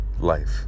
Life